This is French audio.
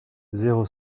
zéro